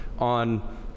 on